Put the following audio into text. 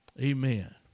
Amen